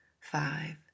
five